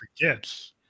forgets